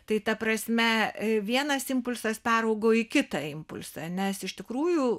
tai ta prasme vienas impulsas peraugo į kitą impulsą nes iš tikrųjų